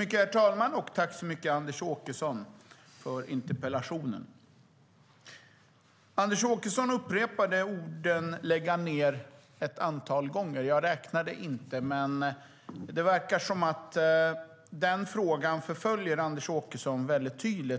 Herr talman! Tack, Anders Åkesson, för interpellationen! Anders Åkesson upprepade orden "lägga ned" ett antal gånger. Jag räknade inte, men det verkar tydligt att den frågan förföljer Anders Åkesson